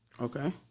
Okay